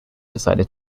decided